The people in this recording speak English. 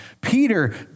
Peter